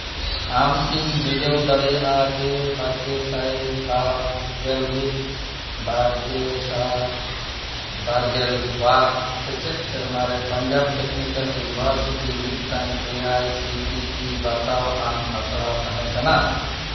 ᱟᱢ ᱠᱤᱢ ᱵᱤᱰᱟᱹᱣ ᱫᱟᱲᱮᱭᱟᱜᱼᱟ ᱡᱮ ᱵᱟᱨ ᱜᱮᱞ ᱥᱟᱭ ᱵᱟᱨ ᱜᱮᱞ ᱢᱤᱫ ᱵᱟᱨᱜᱮ ᱥᱟᱭ ᱵᱟᱨᱜᱮᱞ ᱵᱟᱨ ᱥᱮᱪᱮᱫ ᱥᱮᱨᱢᱟ ᱨᱮ ᱯᱟᱧᱡᱟᱵᱽ ᱴᱮᱠᱱᱤᱠᱮᱞ ᱤᱭᱩᱱᱤᱵᱷᱟᱨᱥᱤᱴᱤ ᱢᱤᱫᱴᱟᱝ A I C T E ᱵᱟᱛᱟᱣ ᱟᱱ ᱟᱥᱲᱟ ᱛᱟᱦᱮᱸ ᱠᱟᱱᱟ